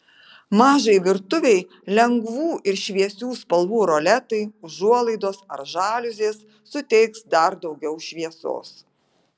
mažai virtuvei lengvų ir šviesių spalvų roletai užuolaidos ar žaliuzės suteiks dar daugiau šviesos